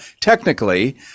technically